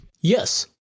Yes